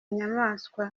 nyamaswa